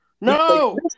No